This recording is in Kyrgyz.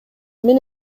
мен